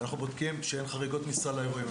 אנחנו בודקים שאין חריגות מסל האירועים,